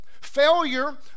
Failure